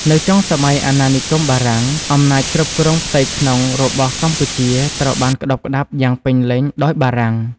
នៅចុងសម័យអាណានិគមបារាំង អំណាចគ្រប់គ្រងផ្ទៃក្នុងរបស់កម្ពុជាត្រូវបានក្ដោបក្ដាប់យ៉ាងពេញលេញដោយបារាំង។